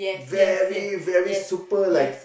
very very super like